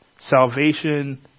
Salvation